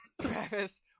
Travis